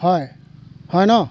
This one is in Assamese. হয় হয় ন